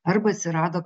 arba atsirado